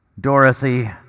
Dorothy